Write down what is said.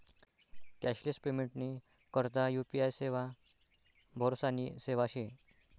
cashless पेमेंटनी करता UPI सेवा भरोसानी सेवा शे